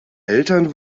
eltern